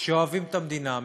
שאוהבים את המדינה,